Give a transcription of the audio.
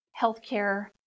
healthcare